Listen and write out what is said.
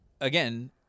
Again